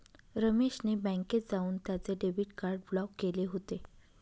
रमेश ने बँकेत जाऊन त्याचे डेबिट कार्ड ब्लॉक केले होते